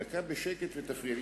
דקה בשקט ותפריע לי.